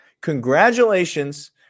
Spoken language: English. congratulations